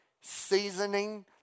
Seasoning